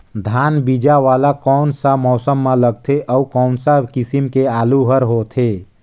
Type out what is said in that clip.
धान बीजा वाला कोन सा मौसम म लगथे अउ कोन सा किसम के आलू हर होथे?